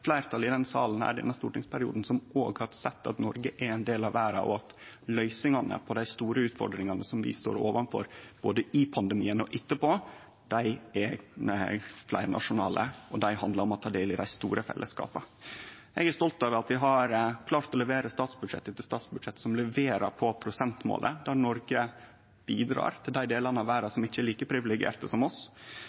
fleirtal i denne salen i denne stortingsperioden som har sett at Noreg er ein del av verda, og at løysingane på dei store utfordringane vi står overfor – både i pandemien og etterpå – er fleirnasjonale, og dei handlar om å ta del i dei store fellesskapa. Eg er stolt over at vi har klart å levere statsbudsjett etter statsbudsjett som leverer på prosentmålet, der Noreg bidreg til dei delane av verda som ikkje er like privilegerte som oss,